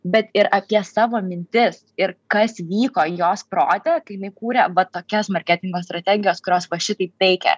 bet ir apie savo mintis ir kas vyko jos prote kai jinai kūrė va tokias marketingo strategijos kurios va šitaip veikia